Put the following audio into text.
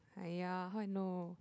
!aiya! how I know